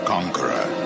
Conqueror